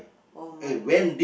oh-my